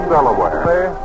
Delaware